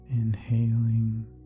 inhaling